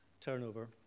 turnover